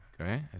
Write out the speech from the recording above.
Okay